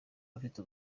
abafite